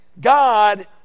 God